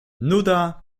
nuda